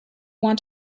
want